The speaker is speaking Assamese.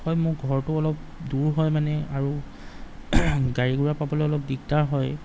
হয় মোৰ ঘৰটো অলপ দূৰ হয় মানে আৰু গাড়ী গোৰা পাবলৈ অলপ দিগদাৰ হয়